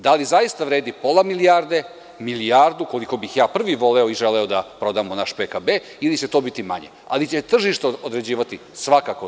Da li zaista vredi pola milijarde, milijardu, koliko bih ja prvi voleo i želeo da prodamo naš PKB, ili će to biti manje, ali će tržište odlučivati svakako to.